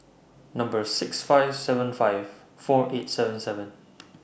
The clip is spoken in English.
Number six five seven five four eight seven seven